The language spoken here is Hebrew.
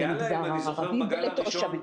היה להם אני זוכר בגל הראשון.